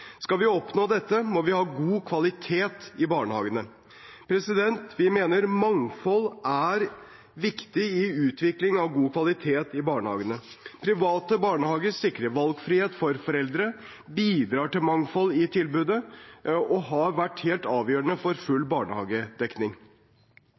Skal vi oppnå dette, må vi ha god kvalitet i barnehagene. Vi mener at mangfold er viktig i utviklingen av god kvalitet i barnehagene. Private barnehager sikrer valgfrihet for foreldre, bidrar til mangfold i tilbudet og har vært helt avgjørende for full